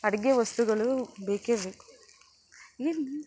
ಅಡುಗೆ ವಸ್ತುಗಳು ಬೇಕೇ ಬೇಕು ಏನೇ